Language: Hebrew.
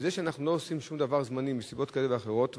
וזה שאנחנו לא עושים שום דבר זמני מסיבות כאלה ואחרות,